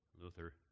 Luther